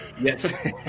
Yes